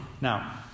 Now